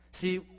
See